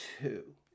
two